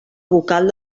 vocal